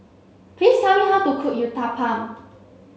please tell me how to cook Uthapam